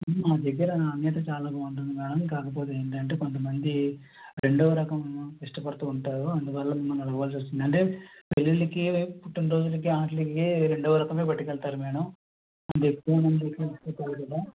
మా దగ్గర అన్నీ అయితే చాలా బాగుంటుంది మేడం కాకపోతే ఏంటంటే కొంతమంది రెండవ రకం ఇష్టపడుతూ ఉంటారు అందువల్ల మిమ్మల్ని అడగవలసి వస్తుంది అంటే పెళ్లిళ్లకి పుట్టినరోజులకి వాటికి రెండవ రకమే పట్టుకెళ్తారు మేడం అంత ఎక్కువ మందికి కదా